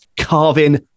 carving